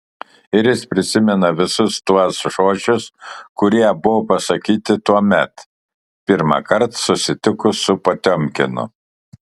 ir jis prisimena visus tuos žodžius kurie buvo pasakyti tuomet pirmąkart susitikus su potiomkinu